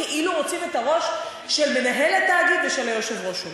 כאילו רוצים את הראש של מנהל התאגיד ושל היושב-ראש שלו.